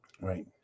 Right